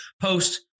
Post